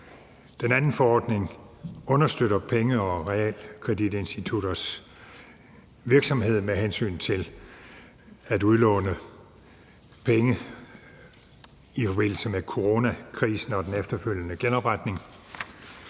Den anden forordning understøtter penge- og realkreditinstitutters virksomhed med hensyn til at udlåne penge i forbindelse med coronakrisen og den efterfølgende genopretning,